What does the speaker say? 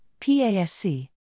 PASC